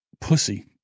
pussy